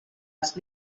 els